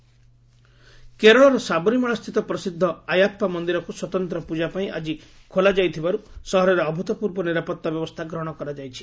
ସାବରିମାଳା କେରଳର ସାବରିମାଳାସ୍ଥିତ ପ୍ରସିଦ୍ଧ ଆୟାପ୍ସା ମନ୍ଦିରକୁ ସ୍ୱତନ୍ତ୍ର ପୂଜାପାଇଁ ଆକି ଖୋଲାଯାଇଥିବାରୁ ସହରରେ ଅଭ୍ତପୂର୍ବ ନିରାପତ୍ତା ବ୍ୟବସ୍ଥା ଗ୍ରହଣ କରାଯାଇଛି